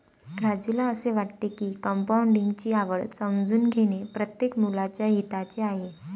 राजूला असे वाटते की कंपाऊंडिंग ची आवड समजून घेणे प्रत्येक मुलाच्या हिताचे आहे